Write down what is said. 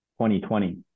2020